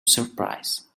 surprise